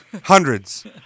Hundreds